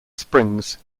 springs